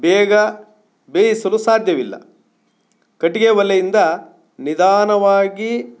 ಬೇಗ ಬೇಯಿಸಲು ಸಾಧ್ಯವಿಲ್ಲ ಕಟ್ಟಿಗೆ ಒಲೆಯಿಂದ ನಿಧಾನವಾಗಿ